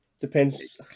Depends